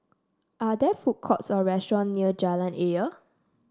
are there food courts or restaurant near Jalan Ayer